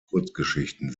kurzgeschichten